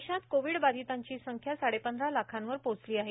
देशात कोविड बाधितांची संख्या साडेपंधरा लाखांवर पोहोचली आहे